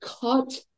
Cut